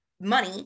money